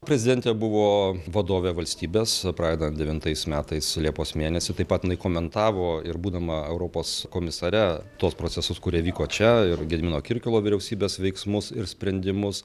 prezidentė buvo vadovė valstybės pradedant devintais metais liepos mėnesį taip pat jinai komentavo ir būdama europos komisare tuos procesus kurie vyko čia ir gedimino kirkilo vyriausybės veiksmus ir sprendimus